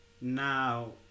now